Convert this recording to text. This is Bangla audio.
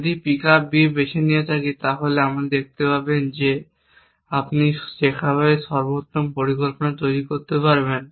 যদি পিকআপ B বেছে নিয়ে থাকি তাহলে আপনি দেখতে পাবেন যে আপনি যেভাবে সর্বোত্তম পরিকল্পনা তৈরি করতে পারতেন